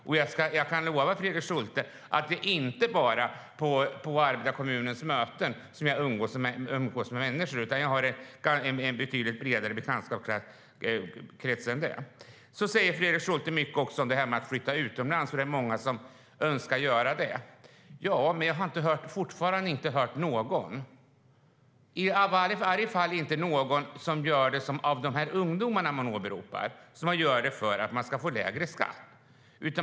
Och jag kan lova Fredrik Schulte att det inte bara är på arbetarkommunens möten som jag umgås med människor. Jag har en betydligt bredare bekantskapskrets än så. Fredrik Schulte säger mycket om att det är många som önskar flytta utomlands. Men jag har fortfarande inte hört om någon, i varje fall inte någon av de ungdomar man åberopar, som gör det för att få lägre skatt.